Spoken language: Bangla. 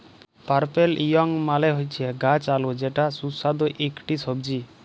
পার্পেল য়ং মালে হচ্যে গাছ আলু যেটা সুস্বাদু ইকটি সবজি